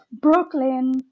Brooklyn